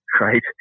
Right